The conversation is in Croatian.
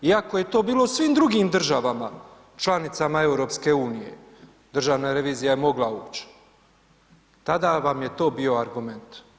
Iako je to bilo u svim drugim državama članicama EU, državna revizija je mogla ući, tada vam je to bio argument.